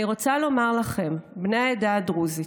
אני רוצה לומר לכם, בני העדה הדרוזית,